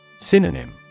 Synonym